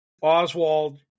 Oswald